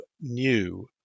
new